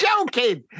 joking